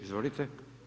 Izvolite.